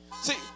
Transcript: See